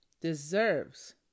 deserves